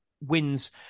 wins